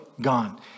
Gone